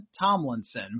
Tomlinson